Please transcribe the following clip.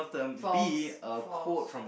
false false